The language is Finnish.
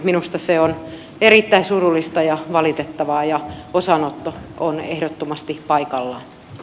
minusta se on erittäin surullista ja valitettavaa ja osanotto on ehdottomasti paikallaan